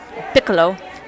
piccolo